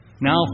now